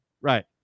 Right